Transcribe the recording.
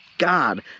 God